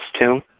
tomb